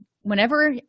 whenever